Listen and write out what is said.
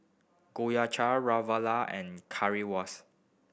Gyoza Ravioli and Currywurst